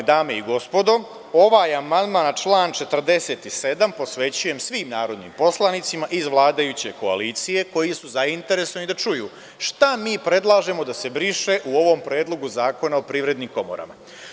Poštovane dame i gospodo, ovaj amandman na član 47. posvećujem svim narodnim poslanicima iz vladajuće koalicije, koji su zainteresovani da čuju šta mi predlažemo da se briše u ovom Predlogu zakona o privrednim komorama.